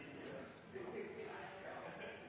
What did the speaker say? Det var ikke